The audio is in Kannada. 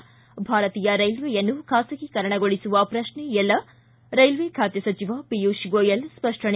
ಿ ಭಾರತೀಯ ರೈಲ್ವೆಯನ್ನು ಖಾಸಗೀಕರಣಗೊಳಿಸುವ ಪ್ರಶ್ನೆಯೇ ಇಲ್ಲ ರೈಲ್ವೆ ಖಾತೆ ಸಚಿವ ಪಿಯೂಷ್ ಗೋಯಲ್ ಸ್ಪಷ್ಟನೆ